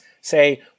say